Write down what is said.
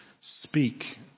speak